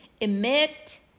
Emit